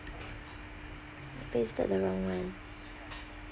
i pasted the wrong one